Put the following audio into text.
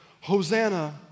Hosanna